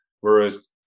whereas